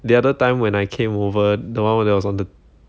the other time when I came over the one that was on the